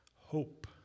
hope